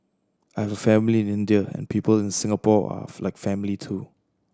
I have a family in India and people in Singapore are like family too